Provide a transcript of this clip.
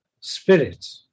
spirit